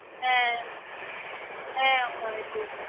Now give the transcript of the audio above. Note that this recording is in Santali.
ᱦᱮᱸ ᱚᱱᱠᱟ ᱜᱮ ᱴᱷᱤᱠ ᱜᱮᱭᱟ